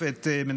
16